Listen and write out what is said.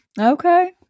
Okay